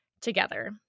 together